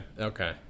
okay